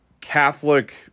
Catholic